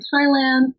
Thailand